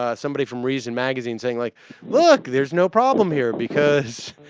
ah somebody from reason magazine saying like look there's no problem here because